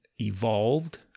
evolved